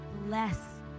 Bless